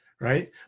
Right